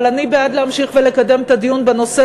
אבל אני בעד להמשיך ולקדם את הדיון בנושא